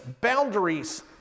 boundaries